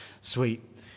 Sweet